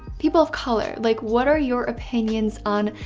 people of color, like what are your opinions on